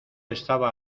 estaba